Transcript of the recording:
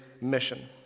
mission